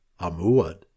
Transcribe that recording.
Amuad